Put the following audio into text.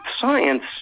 science